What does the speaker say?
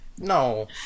No